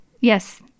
Yes